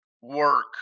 work